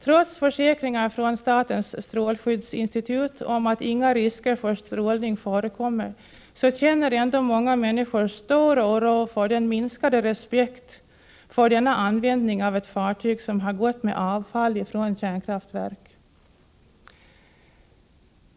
Trots försäkringar från statens strålskyddsinstitut om att inga risker för strålning förekommer, känner många människor stor oro för den minskade respekten för denna användning av ett fartyg som har gått med avfall från kärnkraftverk.